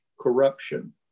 corruption